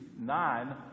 nine